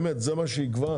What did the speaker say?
באמת, זה מה שיקבע?